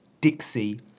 Dixie